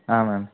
ஆ ma'am